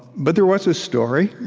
but there was a story